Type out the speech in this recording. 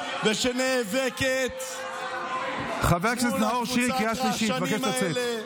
ושנאבקת מול קבוצת הרעשנים האלה,